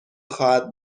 خواهد